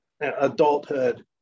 adulthood